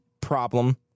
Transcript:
problem